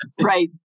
right